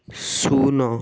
ଶୂନ